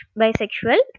bisexual